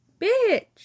bitch